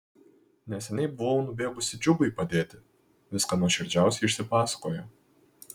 neseniai buvau nubėgusi džiugui padėti viską nuoširdžiausiai išsipasakojo